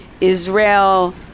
Israel